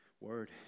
word